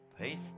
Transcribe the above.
Peace